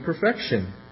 perfection